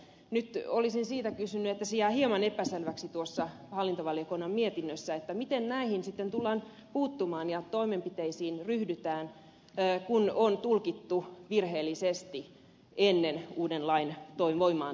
nyt olisin siitä kysynyt mikä jää hieman epäselväksi tuossa hallintovaliokunnan mietinnössä miten näihin sitten tullaan puuttumaan ja mihin toimenpiteisiin ryhdytään kun on tehty virheellisiä tulkintoja ennen uuden lain voimaantuloa